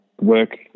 work